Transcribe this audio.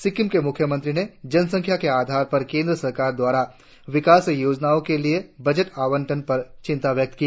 सिक्किम के मुख्यमंत्री ने जनसंख्या के आधार पर केंद्र सरकार द्वारा विकास योजनाओं के लिए बजट आवंटन पर चिंता व्यक्त की